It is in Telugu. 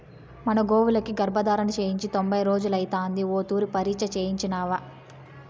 మన గోవులకి గర్భధారణ చేయించి తొంభై రోజులైతాంది ఓ తూరి పరీచ్ఛ చేయించినావా